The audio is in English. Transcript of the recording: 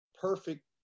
perfect